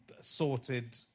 sorted